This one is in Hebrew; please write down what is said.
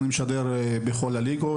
אני משדר בכל הליגות,